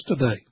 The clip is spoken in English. today